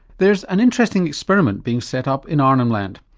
there's an interesting experiment being set up in arnhem land.